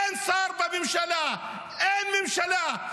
אין שר בממשלה, אין ממשלה.